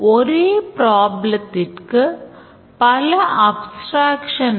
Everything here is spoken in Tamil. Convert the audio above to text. எனவே முக்கிய காட்சி என்பது userக்கும் systemக்கும் இடையிலான பொதுவான interaction sequence ஆகும்